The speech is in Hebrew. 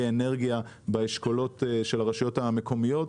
אנרגיה באשכולות של הרשויות המקומיות,